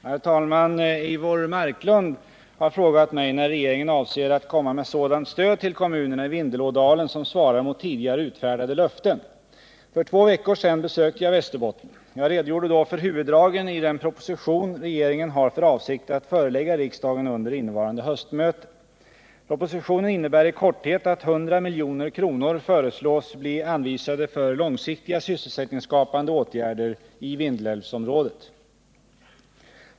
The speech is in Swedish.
Herr talman! Eivor Marklund har frågat mig när regeringen avser att komma med sådant stöd till kommunerna i Vindelådalen som svarar mot tidigare utfärdade löften. För två veckor sedan besökte jag Västerbotten. Jag redogjorde då för huvuddragen i den proposition regeringen har för avsikt att förelägga riksdagen under innevarande höstmöte. Propositionen innebär i korthet att 100 milj.kr. föreslås bli anvisade för långsiktiga sysselsättningsskapande åtgärder i Vindelälvsområdet.